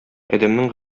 адәмнең